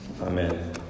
Amen